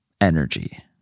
energy